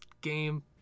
game